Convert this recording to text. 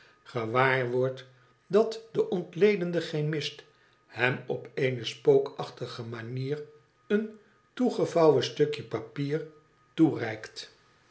dat de ontledende chemist hem t p eene spookachtige manier een toegevouwen stukje papier toereikt